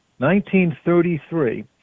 1933